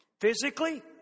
Physically